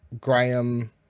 Graham